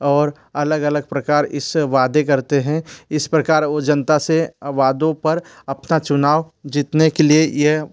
और अलग अलग प्रकार इस वादे करते हैं इस प्रकार वो जनता से वादों पर अपना चुनाव जीतने के लिए ये